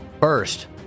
First